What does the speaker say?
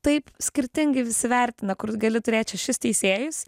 taip skirtingai visi vertina kur gali turėt šešis teisėjus